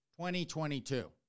2022